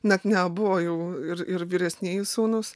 net ne abu o jau ir ir vyresnieji sūnūs